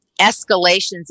escalations